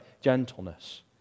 gentleness